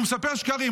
והוא מספר שקרים.